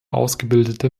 ausgebildete